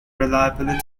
reliability